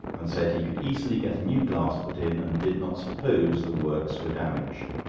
and said he could easily get a new glass put in, and did not suppose the works were damaged.